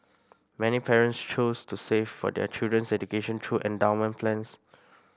many parents choose to save for their children's education through endowment plans